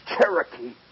Cherokee